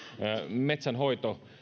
metsänhoito